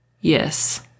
Yes